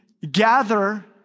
Gather